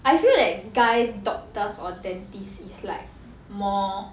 I feel that guy doctors or dentists is like more